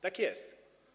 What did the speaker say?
Tak jest.